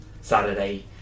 Saturday